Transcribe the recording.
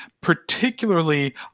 particularly